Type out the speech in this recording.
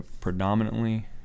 predominantly